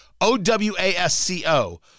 O-W-A-S-C-O